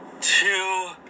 two